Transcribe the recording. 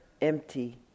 empty